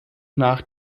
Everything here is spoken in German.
nach